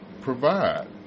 Provide